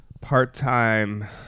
part-time